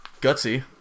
gutsy